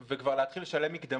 הולכת.